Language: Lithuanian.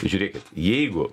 žiūrėkit jeigu